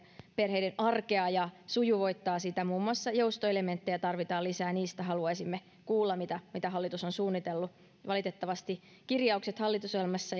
arkea ja sujuvoittaa sitä muun muassa joustoelementtejä tarvitaan lisää niistä haluaisimme kuulla mitä mitä hallitus on suunnitellut valitettavasti kirjaukset hallitusohjelmassa